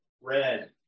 red